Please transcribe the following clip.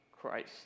Christ